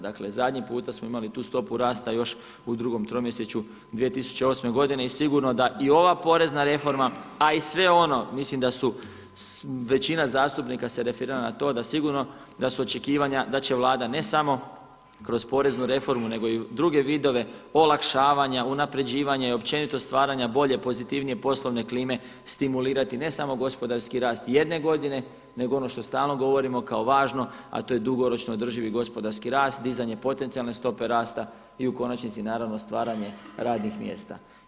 Dakle, zadnji puta smo imali tu stopu rasta još u 2. tromjesečju 2008. godine i sigurno da i ova porezna reforma, a i sve ono mislim da su većina zastupnika se referirala na to da sigurno da su očekivanja da će Vlada ne samo kroz poreznu reformu nego i u druge vidove olakšavanja, unapređivanja i općenito stvaranja bolje pozitivnije poslovne klime stimulirati ne samo gospodarski rast jedne godine nego i ono što stalno govorimo kao važno, a to je dugoročno održivi gospodarski rast, dizanje potencijalne stope rasta i u konačnici naravno stvaranje radnih mjesta.